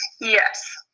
Yes